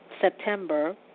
September